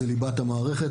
זו ליבת המערכת.